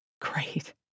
Great